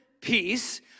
peace